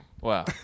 wow